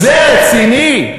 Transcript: זה רציני?